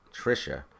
Trisha